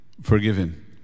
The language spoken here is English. forgiven